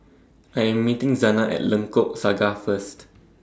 I Am meeting Zana At Lengkok Saga First